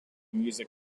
music